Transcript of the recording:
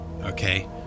okay